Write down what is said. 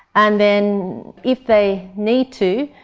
and then if they need to,